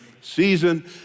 season